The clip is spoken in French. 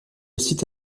site